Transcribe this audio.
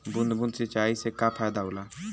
बूंद बूंद सिंचाई से का फायदा होला?